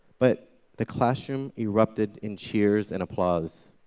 but the classroom erupted in cheers and applause.